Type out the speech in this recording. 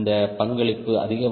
இந்த பங்களிப்பு அதிகபட்சமாக 0